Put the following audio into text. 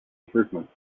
improvements